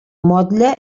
motlle